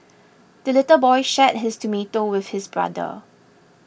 the little boy shared his tomato with his brother